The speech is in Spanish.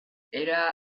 era